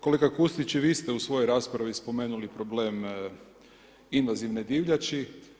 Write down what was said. Kolega Kustić, vi ste u svojoj raspravi spomenuli problem invazivne divljači.